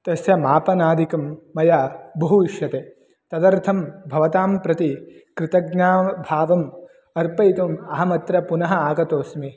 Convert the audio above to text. तस्य मापनादिकं मया बहु इष्यते तदर्थं भवतां प्रति कृतज्ञाभावम् अर्पयितुम् अहमत्र पुनः आगतोस्मि